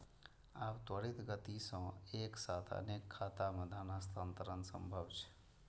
आब त्वरित गति सं एक साथ अनेक खाता मे धन हस्तांतरण संभव छै